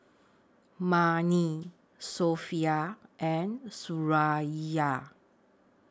Murni Sofea and Suraya